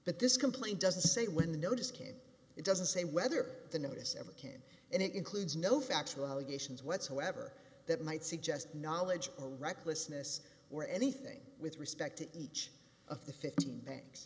but this complaint doesn't say when the notice can it doesn't say whether the notice ever can and it includes no factual allegations whatsoever that might suggest knowledge or recklessness or anything with respect to each of the fifteen banks